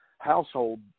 household